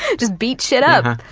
just beat shit up.